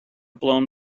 blown